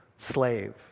slave